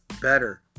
better